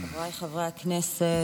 חבריי חברי הכנסת,